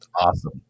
Awesome